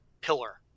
pillar